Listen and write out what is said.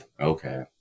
okay